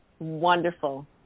Wonderful